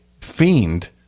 fiend